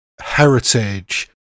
heritage